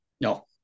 No